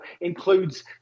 includes